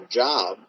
job